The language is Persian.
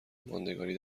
ماندگاری